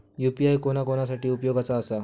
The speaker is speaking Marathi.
यू.पी.आय कोणा कोणा साठी उपयोगाचा आसा?